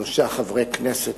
שלושה חברי כנסת,